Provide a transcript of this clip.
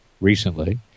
Recently